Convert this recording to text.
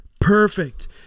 Perfect